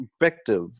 effective